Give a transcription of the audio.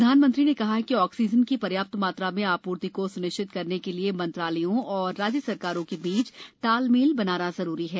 प्रधानमंत्री कहा है कि ऑक्सीजन की ायाप्त मात्रा में आध्र्ति को स्निश्चित करने के लिए मंत्रालयों और राज्य सरकारों के बीच तालमेल बनाना जरूरी है